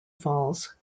falls